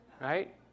right